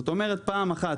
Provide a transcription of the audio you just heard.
כלומר, פעם אחת